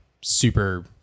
super